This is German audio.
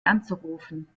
anzurufen